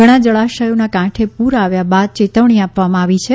ઘણા જળાશયોનાં કાંઠે પૂર આવ્યા બાદ ચેતવણી આપવામાં આવી છે